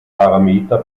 parameter